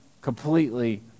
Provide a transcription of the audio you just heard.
completely